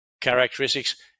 characteristics